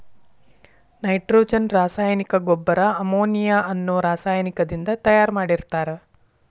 nitrogen ರಾಸಾಯನಿಕ ಗೊಬ್ಬರ ammonia ಅನ್ನೋ ರಾಸಾಯನಿಕದಿಂದ ತಯಾರ್ ಮಾಡಿರ್ತಾರ